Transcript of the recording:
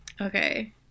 Okay